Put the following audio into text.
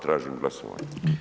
Tražim glasovanje.